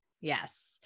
Yes